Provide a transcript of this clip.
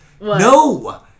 No